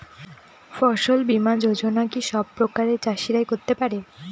ফসল বীমা যোজনা কি সব প্রকারের চাষীরাই করতে পরে?